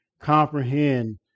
comprehend